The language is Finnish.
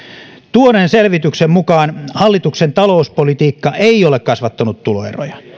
tuoreen selvityksen mukaan hallituksen talouspolitiikka ei ole kasvattanut tuloeroja